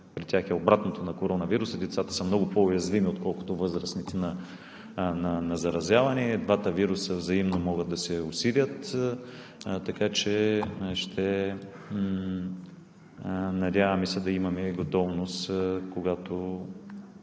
при тях е обратното на коронавируса – децата са много по-уязвими, отколкото възрастните, на заразяване. Двата вируса взаимно могат да се усилят. Надяваме се да имаме готовност, когато